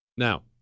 Now